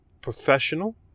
Professional